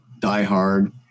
diehard